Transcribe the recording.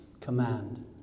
command